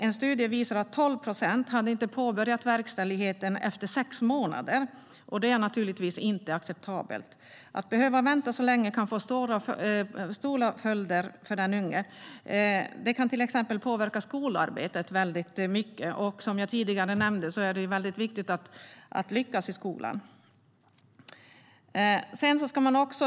En studie visar att 12 procent inte hade påbörjat verkställigheten efter sex månader, och det är naturligtvis inte acceptabelt. Att behöva vänta så länge kan få stora följder för den unge. Det kan till exempel påverka skolarbetet väldigt mycket. Som jag tidigare nämnde är det väldigt viktigt att lyckas i skolan.